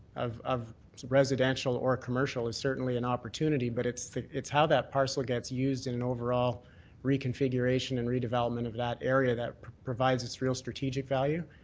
of of residential or commercial is certainly an opportunity, but it's it's how that parcel gets used in an overall reconfiguration and redevelopment of that area that provides us real strategic value.